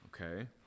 okay